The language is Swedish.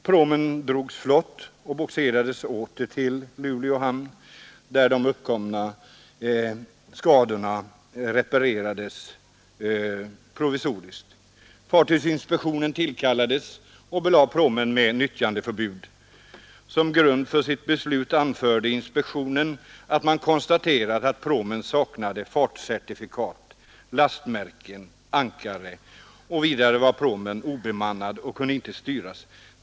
Pråmen drogs flott och bogserades åter till Luleå hamn, där de uppkomna skadorna reparerades provisoriskt. Fartygsinspektionen tillkallades och belade pråmen med nyttjandeförbud. Som grund för sitt beslut anförde inspektionen att man konstaterat att pråmen saknade fartcertifikat, lastmärken och ankare. Vidare var pråmen obemannad och kunde inte styras.